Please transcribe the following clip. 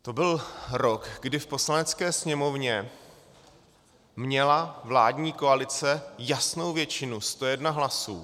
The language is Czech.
To byl rok, kdy v Poslanecké sněmovně měla vládní koalice jasnou většinou 101 hlasů.